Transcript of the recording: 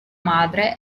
madre